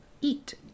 eat